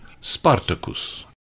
Spartacus